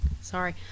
sorry